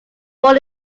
born